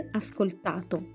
ascoltato